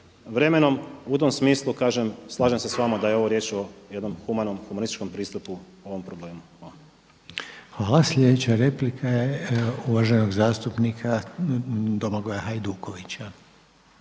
vremenom. U tom smislu kažem, slažem se s vama da je ovo riječ o jednom humanističkom pristupu ovom problemu. **Reiner, Željko (HDZ)** Hvala. Sljedeća replika je uvaženog zastupnika Domagoja Hajdukovića.